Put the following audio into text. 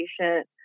patient